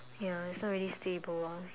ya it's not really stable ah